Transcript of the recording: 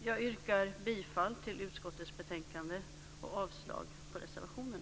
Jag yrkar bifall till utskottets förslag till riksdagsbeslut och avslag på reservationerna.